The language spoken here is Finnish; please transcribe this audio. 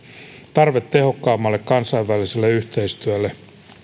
tarve tehokkaammalle kansainväliselle yhteistyölle